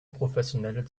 professionelle